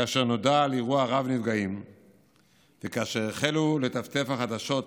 כאשר נודע על אירוע רב-נפגעים וכאשר החלו לטפטף החדשות,